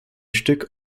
stück